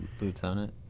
Lieutenant